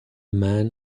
man